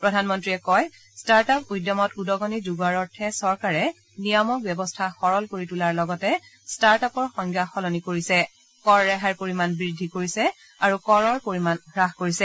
প্ৰধানমন্ত্ৰীয়ে কয় ষ্টাৰ্টআপ উদ্যমত উদগণি যোগোৱাৰ অৰ্থে চৰকাৰে নিয়ামক ব্যৱস্থা সৰল কৰি তোলাৰ লগতে ষ্টাৰ্টআপৰ সংজ্ঞা সলনি কৰিছে কৰ ৰেহাইৰ পৰিমাণ বৃদ্ধি কৰিছে আৰু কৰৰ পৰিমাণ হ্ৰাস কৰিছে